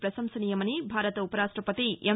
ప్రశంసనీయమని భారత ఉప రాష్టపతి ఎం